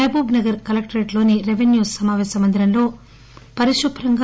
మహబూబ్ నగర్ కలెక్టరేట్లోని రెవెన్యూ సమాపేశ మందిరంలో పరిశుభ్రంగా